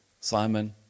Simon